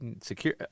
secure